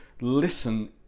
listen